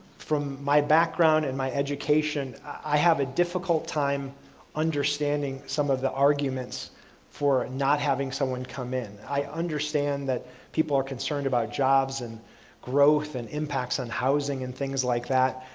from my background and my education, i have a difficult time understanding some of the arguments for not having someone come in. i understand that people are concerned about jobs, and growth, and impacts on housing and things like that.